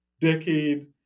decade